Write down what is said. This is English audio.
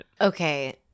Okay